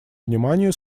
вниманию